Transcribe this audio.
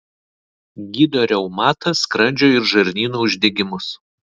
gydo reumatą skrandžio ir žarnyno uždegimus